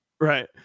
right